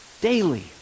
Daily